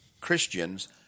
Christians